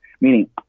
Meaning